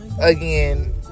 again